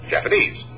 Japanese